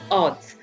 odds